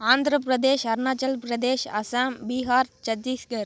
Andhra Pradesh அருணாசல் Pradesh Assam Bihar Chhattisgarh